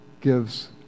gives